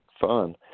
fun